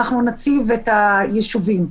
נציב את הישובים,